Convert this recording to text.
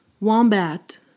Wombat